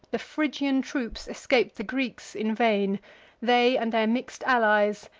the phrygian troops escap'd the greeks in vain they, and their mix'd allies,